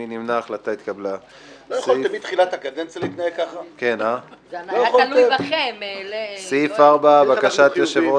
הצבעה בעד, פה אחד נגד, אין בקשת יו"ר